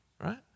Right